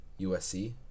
USC